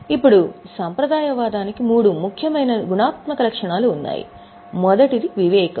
ఇప్పుడు సంప్రదాయవాదానికి మూడు ముఖ్యమైన గుణాత్మక లక్షణాలు ఉన్నాయి మొదటిది వివేకం